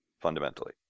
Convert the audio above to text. fundamentally